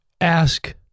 ask